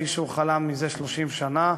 כפי שהוא חלם מזה 30 שנה,